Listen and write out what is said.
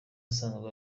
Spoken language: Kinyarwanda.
asanzwe